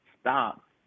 stop